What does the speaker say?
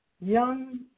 Young